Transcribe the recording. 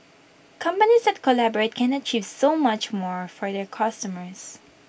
companies that collaborate can achieve so much more for their customers